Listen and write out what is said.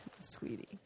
sweetie